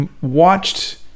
watched